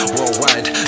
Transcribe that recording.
Worldwide